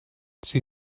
sie